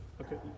Okay